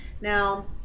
Now